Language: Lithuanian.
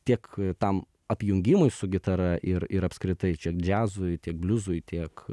tiek tam apjungimui su gitara ir ir apskritai čia džiazui tiek bliuzui tiek